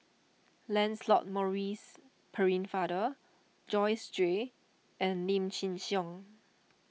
Lancelot Maurice Pennefather Joyce Jue and Lim Chin Siong